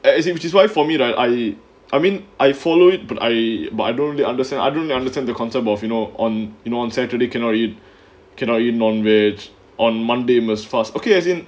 is it which is why for me right I I mean I follow it but I but I don't really understand I don't understand the concept of you know on in on saturday cannot you cannot even non-vegetarian on monday must fast okay as in